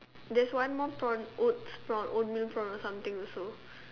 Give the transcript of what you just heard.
there's one more prawn oats prawn oatmeal prawn or something also